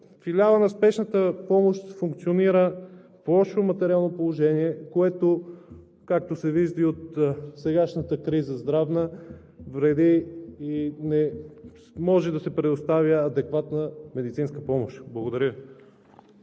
Филиалът на спешната помощ функционира в лошо материално положение, което, както се вижда и от сегашната здравна криза, вреди и не може да се предоставя адекватна медицинска помощ. Благодаря